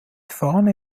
fahne